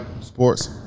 sports